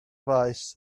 faes